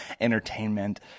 entertainment